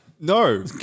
No